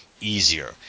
easier